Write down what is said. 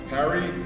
Harry